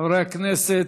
בצלאל סמוטריץ,